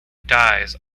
dies